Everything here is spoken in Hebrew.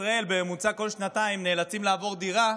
ישראל בממוצע כל שנתיים נאלצים לעבור דירה,